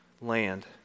land